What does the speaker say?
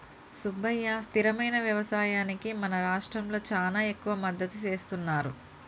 సుబ్బయ్య స్థిరమైన యవసాయానికి మన రాష్ట్రంలో చానా ఎక్కువ మద్దతు సేస్తున్నారు